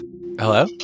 Hello